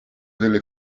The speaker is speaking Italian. delle